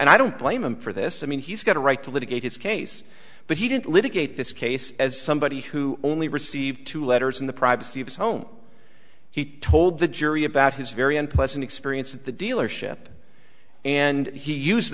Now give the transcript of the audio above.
and i don't blame him for this i mean he's got a right to litigate his case but he didn't litigate this case as somebody who only received two letters in the privacy of his home he told the jury about his very unpleasant experience at the dealership and he used